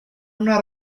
una